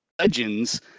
Legends